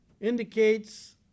indicates